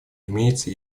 имеется